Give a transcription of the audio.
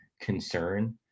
concern